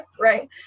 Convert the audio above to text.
Right